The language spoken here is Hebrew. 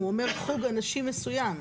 הוא אומר חוג אנשים מסוים.